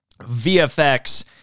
VFX